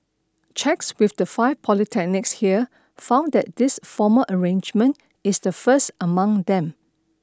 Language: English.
checks with the five polytechnics here found that this formal arrangement is the first among them